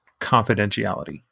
confidentiality